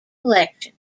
collection